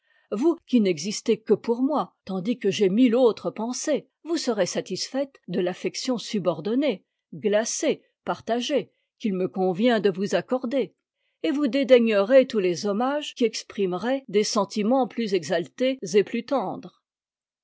vous qui n'existez que pour moi tandis que j'ai mille autres pensées vous serez satisfaite de l'affection subordonnée glacée partagée qu'il me convient de vous accorder et vous dédaignerez tous les hommages qui exprimeraient des sentiments plus exaltés et plus tendres